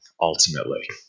ultimately